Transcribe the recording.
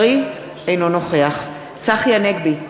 אינו נוכח צחי הנגבי,